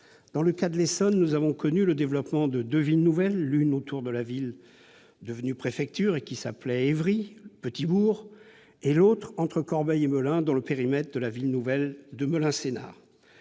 nouvelle. En Essonne se sont développées deux villes nouvelles, l'une autour de la ville devenue préfecture et qui s'appelait Évry-Petit-Bourg, l'autre entre Corbeil et Melun, dans le périmètre de la ville nouvelle de Melun-Sénart.